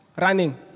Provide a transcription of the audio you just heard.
running